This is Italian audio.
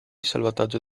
salvataggio